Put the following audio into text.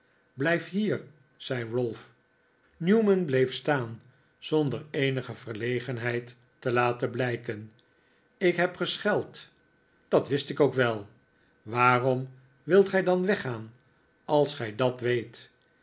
blijf hier zei ralph newman bleef staan zonder eenige verlegenheid te laten blijken ik heb gescheld dat wist ik ook wel waarom wilt gij dan weggaan als gij dat weet